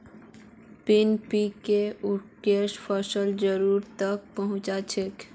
NPK उर्वरक फसलत जरूरी तत्व पहुंचा छेक